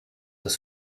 des